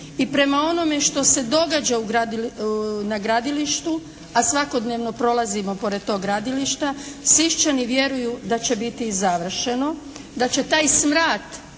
i prema onome što se događa na gradilištu a svakodnevno prolazimo pored tog gradilišta Sišćani vjeruju da će biti i završeno. Da će taj smrad